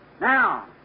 Now